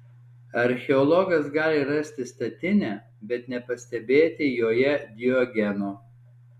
archeologas gali rasti statinę bet nepastebėti joje diogeno